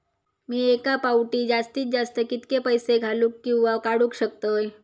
मी एका फाउटी जास्तीत जास्त कितके पैसे घालूक किवा काडूक शकतय?